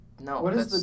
No